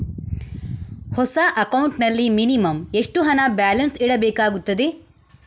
ಹೊಸ ಅಕೌಂಟ್ ನಲ್ಲಿ ಮಿನಿಮಂ ಎಷ್ಟು ಹಣ ಬ್ಯಾಲೆನ್ಸ್ ಇಡಬೇಕಾಗುತ್ತದೆ?